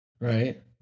Right